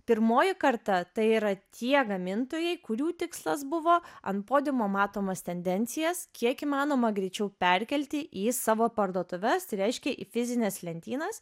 pirmoji karta tai yra tie gamintojai kurių tikslas buvo ant podiumo matomas tendencijas kiek įmanoma greičiau perkelti į savo parduotuves reiškia į fizines lentynas